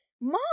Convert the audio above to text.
Mom